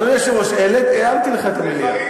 אדוני היושב-ראש, הערתי לך את המליאה.